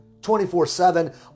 24-7